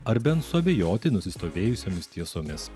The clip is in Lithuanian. ar bent suabejoti nusistovėjusiomis tiesomis